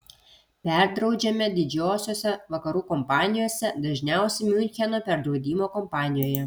perdraudžiame didžiosiose vakarų kompanijose dažniausiai miuncheno perdraudimo kompanijoje